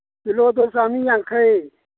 ꯀꯤꯂꯣꯗ ꯆꯥꯝꯃꯤ ꯌꯥꯡꯈꯩ